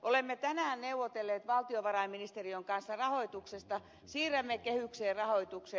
olemme tänään neuvotelleet valtiovarainministeriön kanssa rahoituksesta siirrämme kehykseen rahoituksen